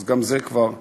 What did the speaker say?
אז גם זה כבר ראינו.